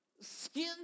Skin